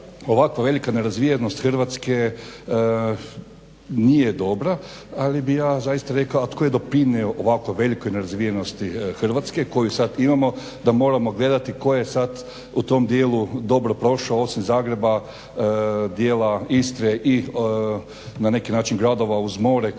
ovako velika nerazvijenost Hrvatske nije dobra, ali bi ja rekao a tko je doprinio ovako velikoj nerazvijenosti Hrvatske koju sada imamo da moramo gledati tko je sada u tom dijelu dobro prošao, dijela Istre i na neki način gradova uz more koji to koriste pa